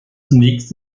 zunächst